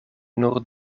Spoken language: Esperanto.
nur